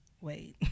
wait